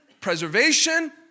Preservation